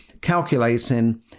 calculating